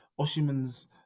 Oshiman's